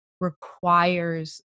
requires